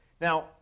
Now